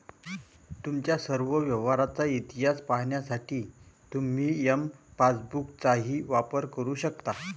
तुमच्या सर्व व्यवहारांचा इतिहास पाहण्यासाठी तुम्ही एम पासबुकचाही वापर करू शकता